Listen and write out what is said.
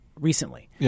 recently